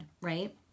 right